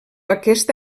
aquesta